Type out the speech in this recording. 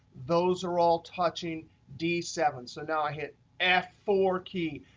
those are all touching d seven. so now, i hit f four key.